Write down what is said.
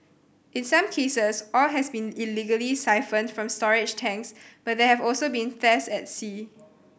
in some cases oil has been illegally siphoned from storage tanks but there have also been thefts at sea